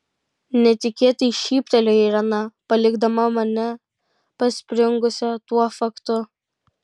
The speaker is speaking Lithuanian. netikėtai šyptelėjo irena palikdama mane paspringusią tuo faktu